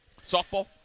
softball